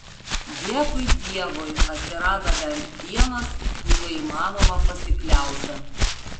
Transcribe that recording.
dėkui dievui atsirado bent vienas kuriuo įmanoma pasikliauti